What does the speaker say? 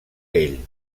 ell